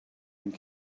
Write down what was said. and